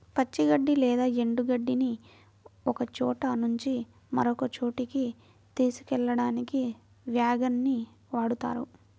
పచ్చి గడ్డి లేదా ఎండు గడ్డిని ఒకచోట నుంచి మరొక చోటుకి తీసుకెళ్ళడానికి వ్యాగన్ ని వాడుతారు